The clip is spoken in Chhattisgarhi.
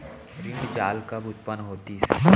ऋण जाल कब उत्पन्न होतिस?